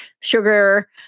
sugar